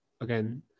again